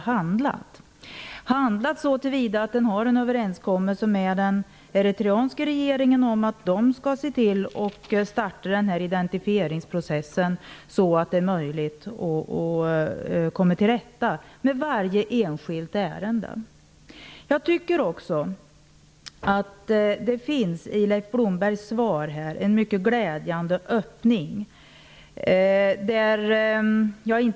Regeringen har handlat så till vida att den har en överenskommelse med den eritreanska regeringen om att de skall starta den här identifieringsprocessen så att det är möjligt att komma till rätta med varje enskilt ärende. Jag tycker också att det finns en mycket glädjande öppning i Leif Blombergs svar.